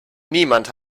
niemand